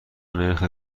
نرخ